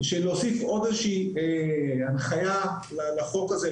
שלהוסיף עוד איזושהי הנחיה לחוק הזה,